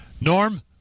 Norm